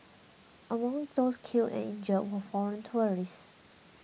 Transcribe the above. among those killed and injured were foreign tourists